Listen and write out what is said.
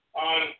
on